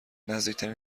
نزدیکترین